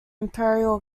imperial